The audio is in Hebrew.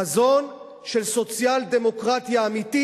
חזון של סוציאל-דמוקרטיה אמיתית,